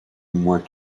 moins